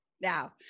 Now